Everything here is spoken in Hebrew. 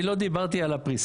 אני לא דיברתי על הפריסה,